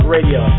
Radio